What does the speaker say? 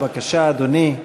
בבקשה, אדוני.